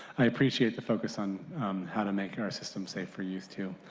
i appreciate the focus on how to make our systems safe for you too.